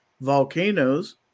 volcanoes